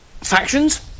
factions